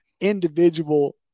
individual